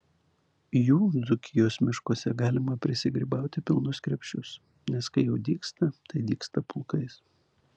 jų dzūkijos miškuose galima prisigrybauti pilnus krepšius nes kai jau dygsta tai dygsta pulkais